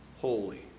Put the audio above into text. holy